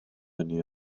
hynny